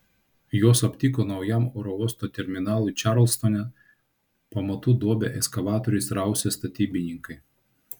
juos aptiko naujam oro uosto terminalui čarlstone pamatų duobę ekskavatoriais rausę statybininkai